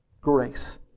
grace